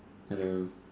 hello